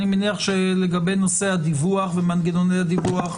אני מניח שלגבי נושא הדיווח ומנגנוני הדיווח,